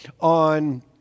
on